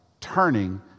turning